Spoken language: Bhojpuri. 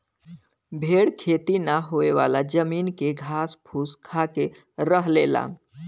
भेड़ खेती ना होयेवाला जमीन के घास फूस खाके रह लेला